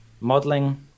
modeling